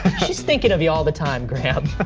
she's thinking of you all the time, graham.